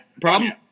Problem